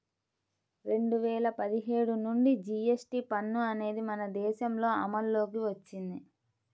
రెండు వేల పదిహేడు నుంచి జీఎస్టీ పన్ను అనేది మన దేశంలో అమల్లోకి వచ్చింది